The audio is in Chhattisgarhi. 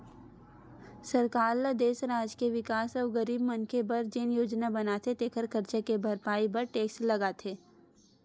सरकार ल देस, राज के बिकास अउ गरीब मनखे बर जेन योजना बनाथे तेखर खरचा के भरपाई बर टेक्स लगाथे